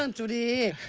and today,